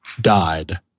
died